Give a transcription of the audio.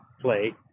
play